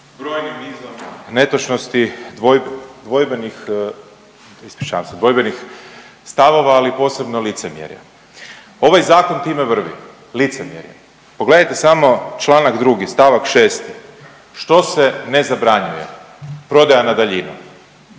ispričavam se dvojbenih stavova, ali posebno licemjerja. Ovaj zakon time vrvi licemjerje. Pogledajte samo članak 2. stavak 6. što se ne zabranjuje? Prodaja na daljinu,